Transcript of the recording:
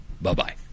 Bye-bye